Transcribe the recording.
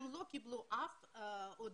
הם לא קיבלו אף הודעה,